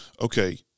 okay